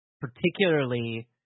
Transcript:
particularly